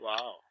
Wow